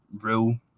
rule